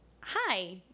hi